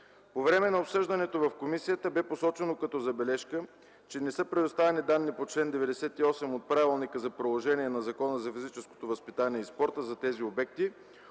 По време на обсъждането в комисията бе посочено като забележка, че не са предоставени данни по чл. 98 от Правилника за приложение на Закона за физическото възпитание и спорта за тези обекти,